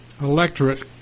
electorate